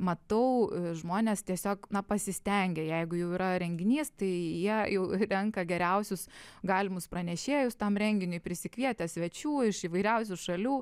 matau žmonės tiesiog na pasistengia jeigu jau yra renginys tai jie jau renka geriausius galimus pranešėjus tam renginiui prisikvietę svečių iš įvairiausių šalių